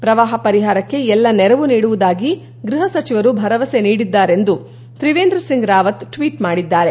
ಪ್ರವಾಹ ಪರಿಹಾರಕ್ಕೆ ಎಲ್ಲ ನೆರವು ನೀಡುವುದಾಗಿ ಗೃಹ ಸಚಿವರು ಭರವಸೆ ನೀಡಿದ್ದಾರೆಂದು ತ್ರಿವೇಂದ್ರ ಸಿಂಗ್ ರಾವತ್ ಟ್ವೀಟ್ ಮಾಡಿದ್ದಾರೆ